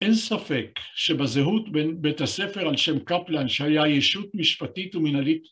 אין ספק שבזהות בין בית הספר על שם קפלן שהיה ישות משפטית ומינהלית